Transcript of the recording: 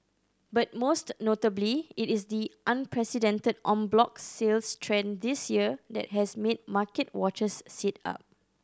but most notably it is the unprecedented en bloc sales trend this year that has made market watchers sit up